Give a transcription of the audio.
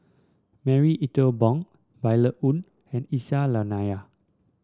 Marie Ethel Bong Violet Oon and Aisyah Lyana